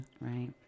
Right